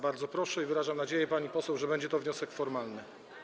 Bardzo proszę i wyrażam nadzieję, pani poseł, że będzie to wniosek formalny.